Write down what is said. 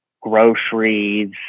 groceries